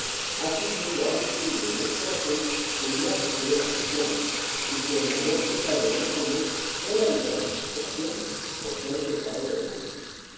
acudiendo a decirme en el corazón que mirase que er a christiano y que el mayor pecado de los hombres era el de la desesperación por ser pecado de demonios